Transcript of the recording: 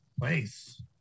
place